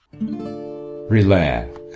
Relax